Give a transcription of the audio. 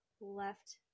left